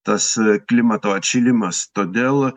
tas klimato atšilimas todėl